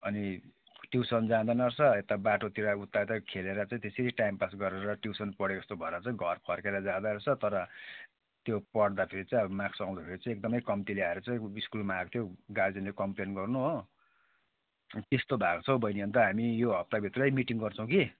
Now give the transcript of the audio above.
अनि ट्युसन जाँदैन रहेछ यता बाटोतिर उता उता खेलेर चाहिँ त्यसरी टाइम पास गरेर ट्युसन पढेको जस्तो भएर चाहिँ घर फर्केर जाँदोरहेछ तर त्यो पढ्दाखेरि चाहिँ मार्क्स आउँदाखेरि चाहिँ एकदमै कम्ति ल्याएर चाहिँ उ स्कुलमा आएको थियो गार्जियन चाहिँ कम्प्लेन गर्नु हो यस्तो भएको छ हौ बहिनी अन्त हामी यो हप्ताभित्रै मिटिङ गर्छौँ कि